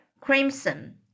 crimson